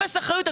אפס אחריות.